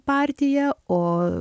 partiją o